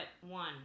one